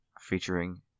featuring